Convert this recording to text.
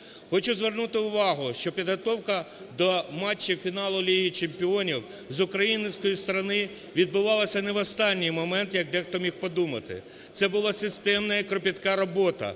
Хочу звернути увагу, що підготовка до матчів фіналу Ліги чемпіонів з української сторони відбувалася не в останній момент, як дехто міг подумати. Це була системна і кропітка робота,